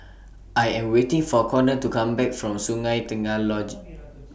I Am waiting For Konnor to Come Back from Sungei Tengah Lodge